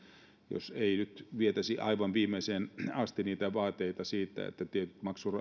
jos ei nyt vietäisi aivan viimeiseen asti niitä vaateita siitä että tietyt